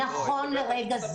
נכון לרגע,